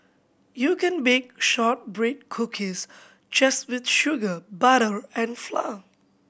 you can bake shortbread cookies just with sugar butter and flour